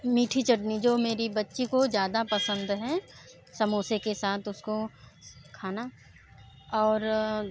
मीठी चटनी जो मेरी बच्ची को ज़्यादा पसंद हैं समोसे के साथ उसको खाना और